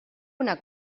una